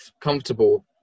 comfortable